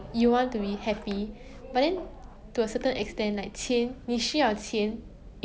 ya you know ariana grande got this song also